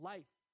Life